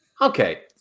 Okay